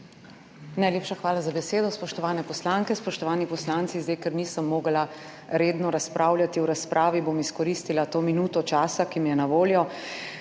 Najlepša hvala za besedo. Spoštovane poslanke, spoštovani poslanci! Zdaj, ker nisem mogla redno razpravljati v razpravi, bom izkoristila to minuto časa, ki mi je na voljo.